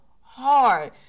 hard